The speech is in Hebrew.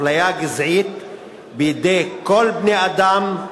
אפליה גזעית בידי כל בני-אדם,